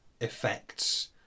effects